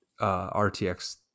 rtx